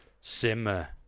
Simmer